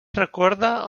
recorda